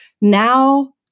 Now